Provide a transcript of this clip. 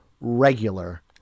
regular